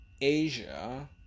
Asia